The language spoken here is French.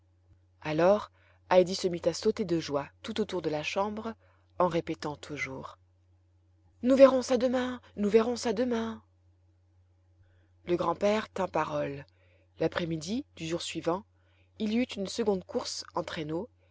alors heidi se mit à sauter de joie tout autour de la chambre en répétant toujours nous verrons ça demain nous verrons ça demain le grand-père tint parole l'après-midi du jour suivant il y eut une seconde course en traîneau